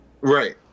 Right